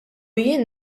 jien